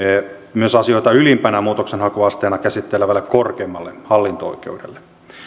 myös asioita ylimpänä muutoksenhakuasteena käsittelevälle korkeimmalle hallinto oikeudelle